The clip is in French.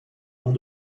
long